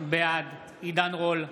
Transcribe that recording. בעד עידן רול,